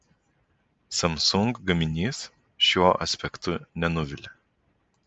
samsung gaminys šiuo aspektu nenuvilia